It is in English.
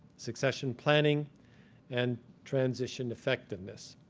succession planning and transition effectiveness.